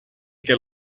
que